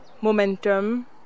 momentum